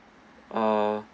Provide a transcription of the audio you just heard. uh